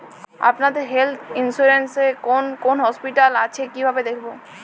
আপনাদের health insurance এ কোন কোন হসপিটাল আছে কিভাবে দেখবো?